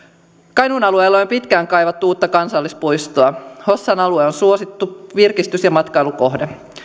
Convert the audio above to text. kainuun alueella on jo pitkään kaivattu uutta kansallispuistoa hossan alue on suosittu virkistys ja matkailukohde